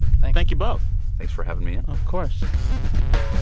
thank thank you both thanks for having me in of course